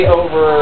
over